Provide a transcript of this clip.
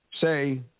Say